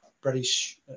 British